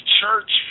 church